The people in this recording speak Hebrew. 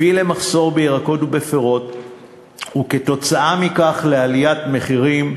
הביא למחסור בירקות ובפירות וכתוצאה מכך לעליית מחירים,